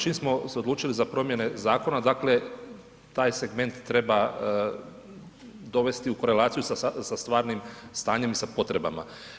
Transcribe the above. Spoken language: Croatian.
Čim smo se odlučili na promjene zakona dakle taj segment treba dovesti u korelaciju sa stvarnim stanjem i sa potrebama.